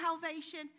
salvation